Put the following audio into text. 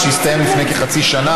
ח'אן אל-אחמר זה אכן בעיה אנושית, תודה.